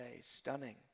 Stunning